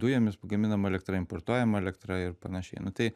dujomis gaminama elektra importuojama elektra ir panašiai nu tai